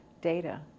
data